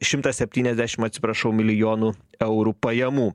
šimtą septyniasdešim atsiprašau milijonų eurų pajamų